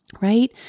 right